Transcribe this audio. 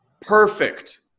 Perfect